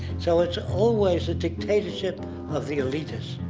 so it's always a dictatorship of the elitist,